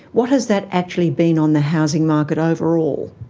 what has that actually been on the housing market overall?